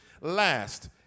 Last